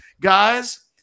guys